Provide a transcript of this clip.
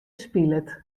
spilet